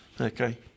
Okay